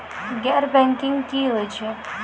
गैर बैंकिंग की होय छै?